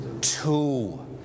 two